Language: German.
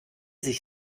sich